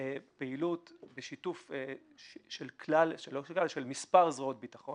פעילות בשיתוף של מספר זרועות ביטחון,